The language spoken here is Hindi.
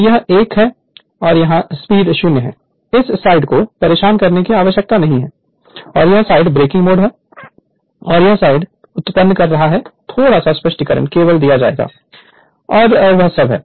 तो यह एक है और यहां स्पीड 0 है इस साइड को परेशान करने की आवश्यकता नहीं है और यह साइड ब्रेकिंग मोड है और यह साइड उत्पन्न कर रहा है थोड़ा सा स्पष्टीकरण केवल दिया जाएगा और वह सब है